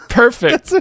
perfect